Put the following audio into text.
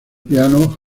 piano